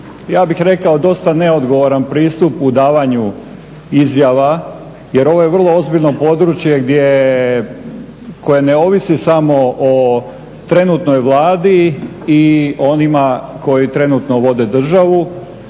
ja bih rekao dosta neodgovoran pristup u davanju izjava jer ovo je vrlo ozbiljno područje koje ne ovisi samo o trenutnoj Vladi i onima koji trenutno vode državu,